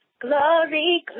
glory